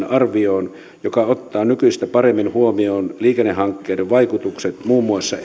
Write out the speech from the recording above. arvioon joka ottaa nykyistä paremmin huomioon liikennehankkeiden vaikutukset muun muassa